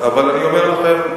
אבל אני אומר לכם,